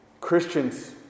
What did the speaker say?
Christians